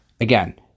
Again